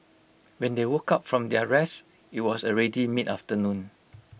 when they woke up from their rest IT was already mid afternoon